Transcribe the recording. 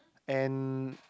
and